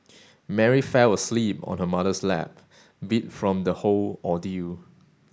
Mary fell asleep on her mother's lap beat from the whole ordeal